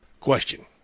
Question